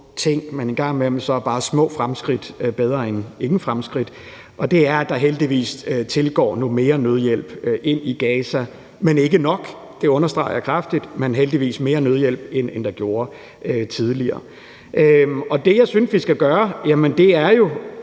ting, men en gang imellem er bare små fremskridt bedre end ingen fremskridt – at der heldigvis kommer noget mere nødhjælp ind i Gaza. Det er ikke nok, og det understreger jeg kraftigt, men der kommer heldigvis mere nødhjælp, end der gjorde tidligere. Det, jeg synes vi skal gøre, er jo